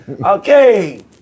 Okay